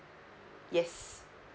yes